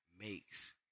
makes